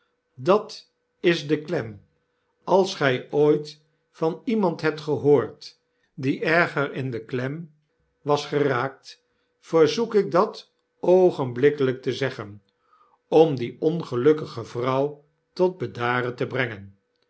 dat is de klem als gy ooit van iemandhebt gehoord die erger in de mem was geraakt verzoek ik dat oogenblikkelyk te zeggen om die ongelukkige vrouw tot bedarente brengen